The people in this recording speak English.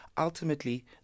Ultimately